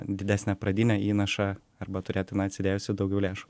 didesnę pradinę įnašą arba turėti na atsidėjus daugiau lėšų